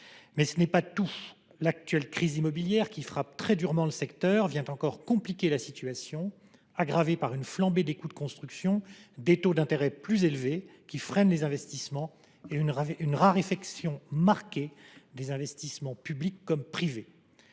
Mais ce n’est pas tout ! La crise immobilière qui frappe très durement le secteur vient encore compliquer la situation, laquelle est aggravée par une flambée des coûts de construction, des taux d’intérêt plus élevés, qui freinent les investissements, et une raréfaction marquée des financements publics comme privés.